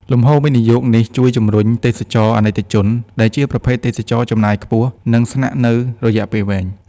លំហូរវិនិយោគនេះជួយជំរុញ "ទេសចរណ៍អនិកជន" ដែលជាប្រភេទទេសចរណ៍ចំណាយខ្ពស់ និងស្នាក់នៅរយៈពេលវែង។